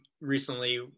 recently